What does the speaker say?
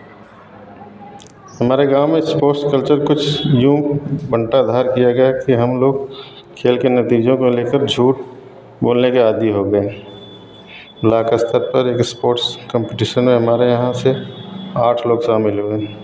हमारे गाँव में स्पोर्ट्स कल्चर कुछ यूँ बंटाधार किया गया कि हमलोग खेल के नतीजों को लेकर झूठ बोलने के आदि हो गए ब्लाक स्तर पर एक स्पोर्ट्स कॉमपीटिसन में हमारे यहाँ से आठ लोग शामिल हुए